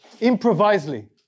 improvisely